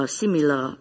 similar